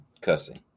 cussing